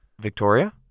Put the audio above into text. Victoria